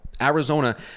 Arizona